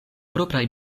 propraj